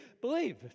believe